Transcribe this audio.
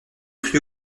cru